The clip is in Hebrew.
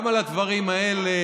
גם על הדברים האלה